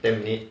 ten minutes